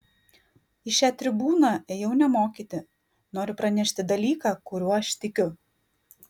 į šią tribūną ėjau ne mokyti noriu pranešti dalyką kuriuo aš tikiu